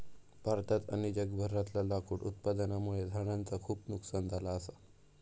भारतात आणि जगभरातला लाकूड उत्पादनामुळे झाडांचा खूप नुकसान झाला असा